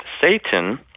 Satan